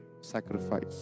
Sacrifice